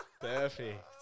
Perfect